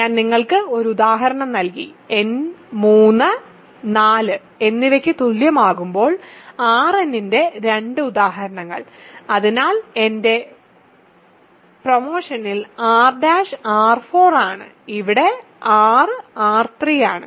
ഞാൻ നിങ്ങൾക്ക് ഒരു ഉദാഹരണം നൽകി n 3 4 എന്നിവയ്ക്ക് തുല്യമാകുമ്പോൾ Rn ന്റെ രണ്ട് ഉദാഹരണങ്ങൾ അതിനാൽ എന്റെ പ്രൈമേഷനിൽ R' R4 ആണ് ഇവിടെ R R3 ആണ്